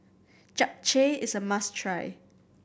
japchae is a must try